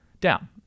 down